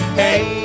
hey